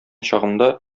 чагында